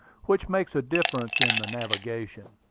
which makes a difference in the navigation.